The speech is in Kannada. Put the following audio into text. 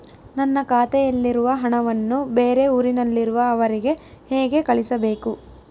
ನನ್ನ ಖಾತೆಯಲ್ಲಿರುವ ಹಣವನ್ನು ಬೇರೆ ಊರಿನಲ್ಲಿರುವ ಅವರಿಗೆ ಹೇಗೆ ಕಳಿಸಬೇಕು?